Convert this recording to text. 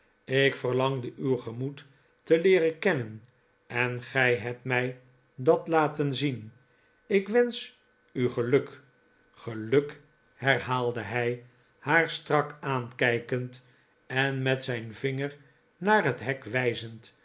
ik verlangde uw gemoed te leeren kennen en gij hebt mij dat laten zien ik wensch u geluk geluk herhaalde hij haar strak aankijkend en met zijn vinger naar het hek wijzend